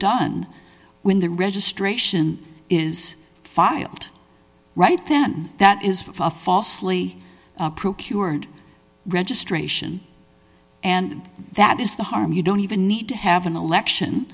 done when the registration is filed right then that is before falsely procured registration and that is the harm you don't even need to have an election